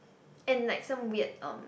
and like some weird um